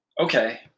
Okay